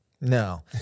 No